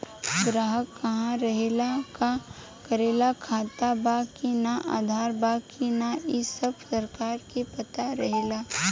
ग्राहक कहा रहेला, का करेला, खाता बा कि ना, आधार बा कि ना इ सब सरकार के पता रहेला